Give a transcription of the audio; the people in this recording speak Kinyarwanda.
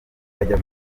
bajya